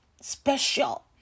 special